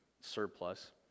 Surplus